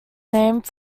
named